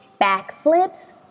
backflips